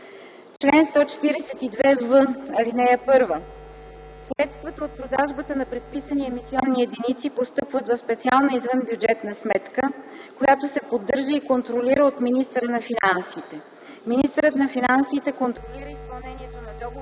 Чл. 142в. (1) Средствата от продажбата на предписани емисионни единици постъпват в специална извънбюджетна сметка, която се поддържа и контролира от министъра на финансите. Министърът на финансите контролира изпълнението на договорите